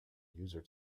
user